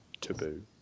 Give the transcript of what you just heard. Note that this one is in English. taboo